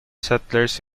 settlers